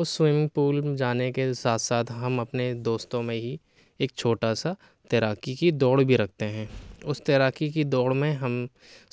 اس swimming pool جانے کے ساتھ ساتھ ہم اپنے دوستوں میں ہی ایک چھوٹا سا تیراکی کی دوڑ بھی رکھتے ہیں اس تیراکی کی دوڑ میں ہم